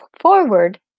forward